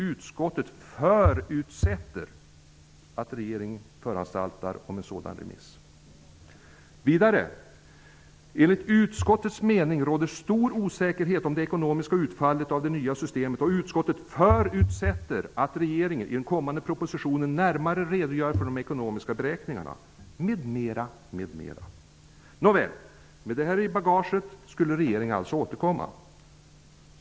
Utskottet förutsätter att regeringen föranstaltar om en sådan remiss. Enligt utskottets mening råder stor osäkerhet om det ekonomiska utfallet av det nya systemet, och utskottet förutsätter att regeringen i den kommande propositionen närmare redogör för de ekonomiska beräkningarna. Detta är bara en del av allt som sägs. Nåväl, med detta i bagaget skulle regeringen återkomma.